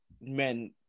men